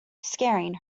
scaring